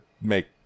make